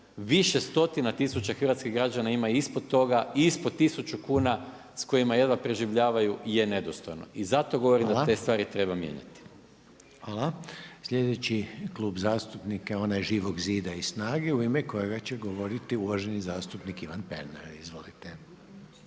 više stotina tisuća hrvatskih građana ima ispod toga i ispod tisuću kuna s kojima jedva preživljavaju je nedostojno i zato govorim da te stvari treba mijenjati. **Reiner, Željko (HDZ)** Hvala. Sljedeći klub zastupnika je onaj Živog zida i SNAGA-e u ime kojega će govoriti uvaženi zastupnik Ivan Pernar. Izvolite.